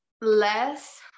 less